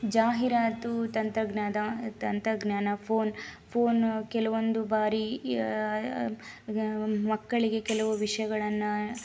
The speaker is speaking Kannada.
ಜಾಹೀರಾತು ತಂತ್ರಗ್ನಾದ ತಂತ್ರಜ್ಞಾನ ಫೋನ್ ಫೋನ್ ಕೆಲವೊಂದು ಬಾರಿ ಗ ಮಕ್ಕಳಿಗೆ ಕೆಲವು ವಿಷಯಗಳನ್ನು